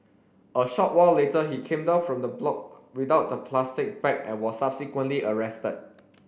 a short while later he came down from the block without the plastic bag and was subsequently arrested